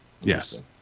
Yes